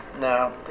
No